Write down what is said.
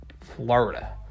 Florida